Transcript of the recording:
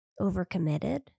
Overcommitted